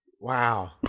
Wow